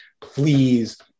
please